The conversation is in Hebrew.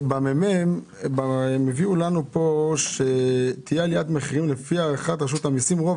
בממ"מ כתבו לנו שלפי הערכת רשות המיסים רוב